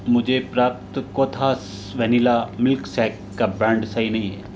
मुझे प्राप्त कोथास वैनिला मिल्क शेक का ब्रांड सही नहीं है